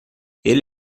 ele